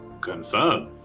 Confirm